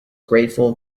grateful